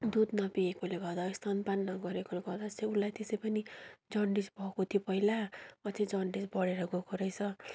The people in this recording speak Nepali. दुध नपिएकोले गर्दा स्तन पान नगरेकोले गर्दा चाहिँ उसलाई त्यसै पनि जन्डिस भएको थियो पहिला अझै जन्डिस बडेर गएको रहेछ